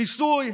שיסוי,